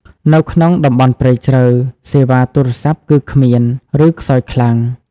នៅក្នុងតំបន់ព្រៃជ្រៅ សេវាទូរស័ព្ទគឺគ្មាន ឬខ្សោយខ្លាំង។